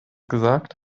gesagt